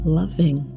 loving